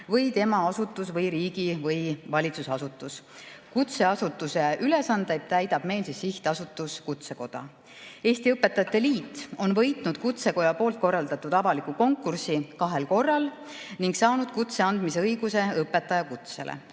või tema asutus või riigi‑ või valitsusasutus. Kutseasutuse ülesandeid täidab meil Sihtasutus Kutsekoda. Eesti Õpetajate Liit on võitnud Kutsekoja korraldatud avaliku konkursi kahel korral ning saanud õpetajakutse andmise õiguse. Kutse